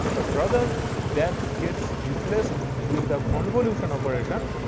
but rather that gets replaced with the convolution operation,